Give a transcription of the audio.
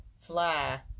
fly